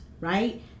right